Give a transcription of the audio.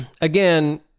again